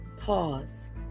pause